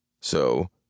So